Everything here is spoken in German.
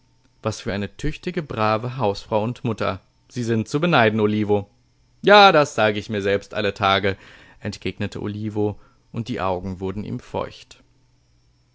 was für eine tüchtige brave hausfrau und mutter sie sind zu beneiden olivo ja das sag ich mir selbst alle tage entgegnete olivo und die augen wurden ihm feucht